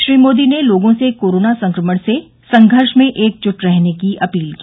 श्री मोदी ने लोगों से कोरोना संक्रमण से संघर्ष में एकजुट रहने की अपील की